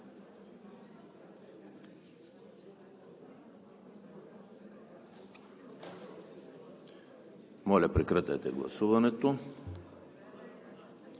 Моля, прекратете гласуването.